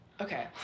Okay